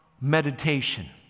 meditation